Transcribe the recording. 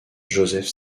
joseph